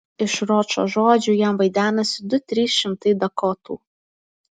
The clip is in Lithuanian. iš ročo žodžių jam vaidenasi du trys šimtai dakotų